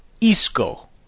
ISCO